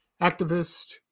activist